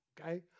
Okay